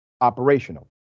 operational